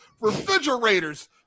refrigerators